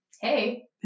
hey